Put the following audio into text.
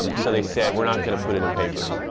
um so they said, we're not going to put it in papers,